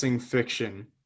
fiction